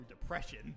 depression